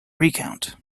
recount